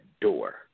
door